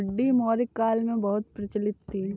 हुंडी मौर्य काल में बहुत प्रचलित थी